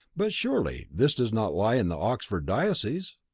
but surely this does not lie in the oxford diocese?